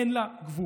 אין לה גבול.